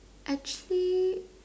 actually